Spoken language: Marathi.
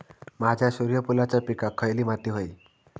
माझ्या सूर्यफुलाच्या पिकाक खयली माती व्हयी?